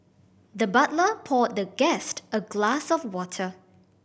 the butler poured the guest a glass of water